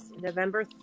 November